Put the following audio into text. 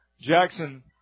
Jackson